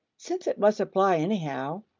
since it must apply anyhow,